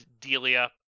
Delia